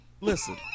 Listen